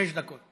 שש דקות.